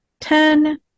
ten